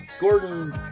Gordon